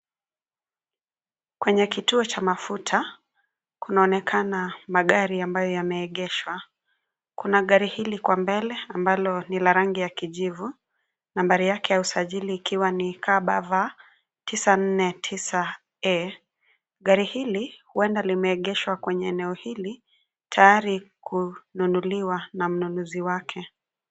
Kwenye kituo cha mafuta, kunaonekana magari ambayo yameegeshwa, kuna gari hili kwa mbele ambalo ni la rangi ya kijivu, nambari yake ya usajili ikiwa ni KBV, 949E , gari hili, huenda limeegeshwa kwenye eneo hili, tayari kunuliwa na mnunuzi wake.